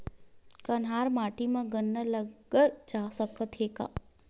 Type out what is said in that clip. कन्हार माटी म गन्ना लगय सकथ न का?